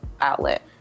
outlet